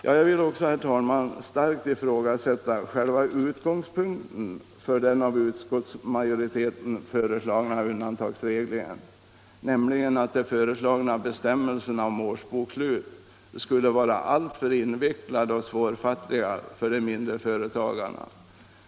Jag vill, herr talman, starkt ifrågasätta själva utgångspunkten för den av utskottsmajoriteten föreslagna undantagsregeln, nämligen att bestämmelserna om årsbokslut skulle vara alltför invecklade och svårfattliga för de mindre företagarna.